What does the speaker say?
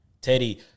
Teddy